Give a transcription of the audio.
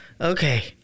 okay